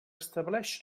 establix